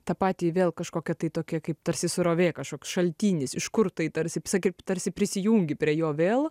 tą patį vėl kažkokia tai tokia kaip tarsi srovė kažkoks šaltinis iš kur tai tarsi visaip kaip tarsi prisijungi prie jo vėl